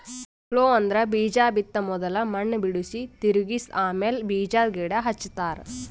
plough ಅಂದ್ರ ಬೀಜಾ ಬಿತ್ತ ಮೊದುಲ್ ಮಣ್ಣ್ ಬಿಡುಸಿ, ತಿರುಗಿಸ ಆಮ್ಯಾಲ ಬೀಜಾದ್ ಗಿಡ ಹಚ್ತಾರ